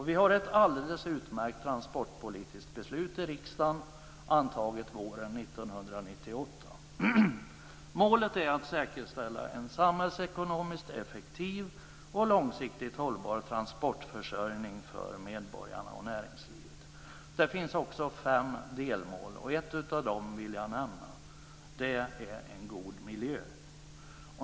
Vi har ett alldeles utmärkt transportpolitiskt beslut antaget av riksdagen våren 1998. Målet är att säkerställa en samhällsekonomiskt effektiv och långsiktigt hållbar transportförsörjning för medborgarna och näringslivet. Det finns också fem delmål, varav jag vill nämna ett. Det gäller en god miljö.